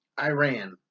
Iran